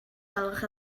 gwelwch